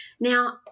Now